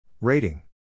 Rating